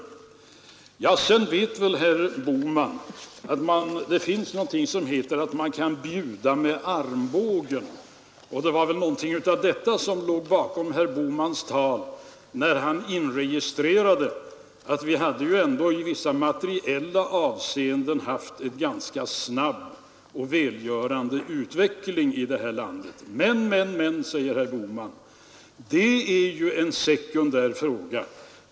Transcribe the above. Vidare vet herr Bohman att det finns något som heter att bjuda med armbågen, och det var väl något av en sådan bjudning som låg bakom herr Bohmans tal, när han illustrerade att vi ju ändå i vissa materiella hänseenden har haft en ganska snabb och välgörande utveckling här i landet. Men, sade herr Bohman, det är ju en sekundär fråga.